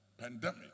pandemic